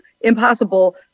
impossible